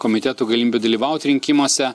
komitetų galimybių dalyvauti rinkimuose